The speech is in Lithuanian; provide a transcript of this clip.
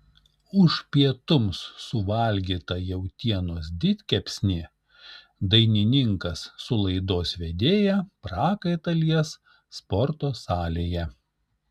už pietums suvalgytą jautienos didkepsnį dainininkas su laidos vedėja prakaitą lies sporto salėje